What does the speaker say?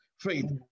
faith